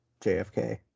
JFK